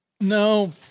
No